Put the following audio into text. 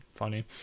Funny